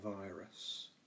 virus